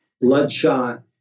bloodshot